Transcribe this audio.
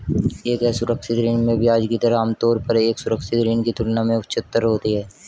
एक असुरक्षित ऋण में ब्याज की दर आमतौर पर एक सुरक्षित ऋण की तुलना में उच्चतर होती है?